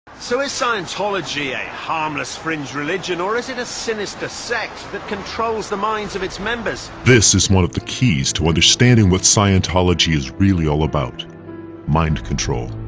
so is scientology a harmless fringe religion, or is it a sinister sect that controls the minds of its members? this is one of the keys to understanding what scientology is really all about mind control.